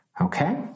Okay